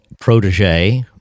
protege